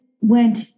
went